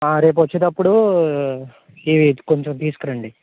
రేపు వచ్చేతప్పుడు ఇవి కొంచెం తీసుకురండి